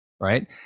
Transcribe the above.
right